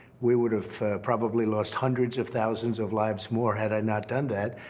we would've probably lost hundreds of thousands of lives more had i not done that,